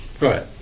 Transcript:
Right